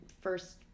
first